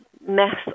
mess